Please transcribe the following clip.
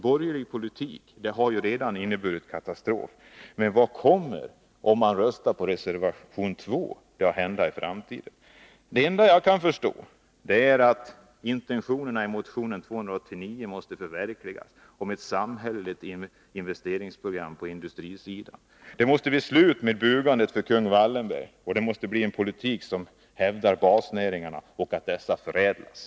Borgerlig politik har ju redan inneburit katastrof — men vad kommer att hända i framtiden, om man röstar på reservation 2? Det enda, vad jag kan förstå, är att intentionerna i motion 289 om ett samhälleligt investeringsprogram på industrisidan måste förverkligas. Det måste bli slut på bugandet för kung Wallenberg, och då måste det bli en politik som hävdar basnäringarna och att dessa förädlas.